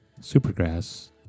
Supergrass